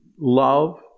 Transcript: Love